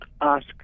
ask